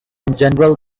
general